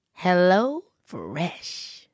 HelloFresh